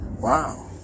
wow